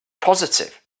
positive